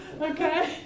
Okay